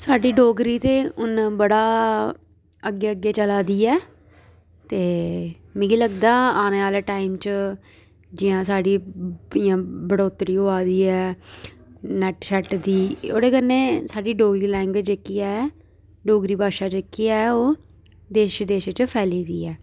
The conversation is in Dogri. साड्ढी डोगरी ते हून बड़ा अग्गें अग्गें चला दी ऐ ते मिगी लगदा आने आह्ले टाइम च जियां साढ़ी इयां बढ़ोतरी होऐ दी ऐ नेट शेट दी ओह्दे कन्नै साढ़ी डोगरी लैंग्वेज़ जेह्की ऐ डोगरी भाशा जेह्की ऐ ओह् देशै देशै च फैली दी ऐ